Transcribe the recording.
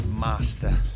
master